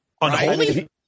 Unholy